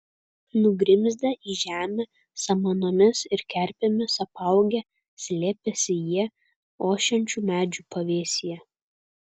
nugrimzdę į žemę samanomis ir kerpėmis apaugę slėpėsi jie ošiančių medžių pavėsyje